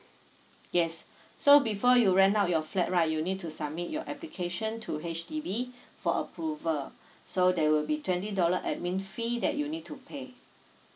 yes so before you rent out your flat right you need to submit your application to H_D_B for approval so there will be twenty dollar admin fee that you need to pay